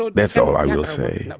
but that's all i will say.